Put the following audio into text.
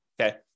okay